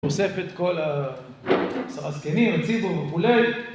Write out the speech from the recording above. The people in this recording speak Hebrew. אוסף את כל הזקנים, הציבור וכולי